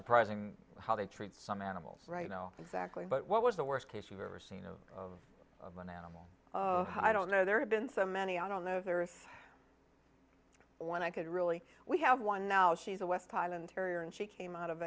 surprising how they treat some animals right now exactly but what was the worst case you've ever seen of an animal i don't know there have been so many i don't know if there is one i could really we have one now she's a west highland terrier and she came out of